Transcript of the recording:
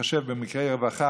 שתתחשב במקרי רווחה,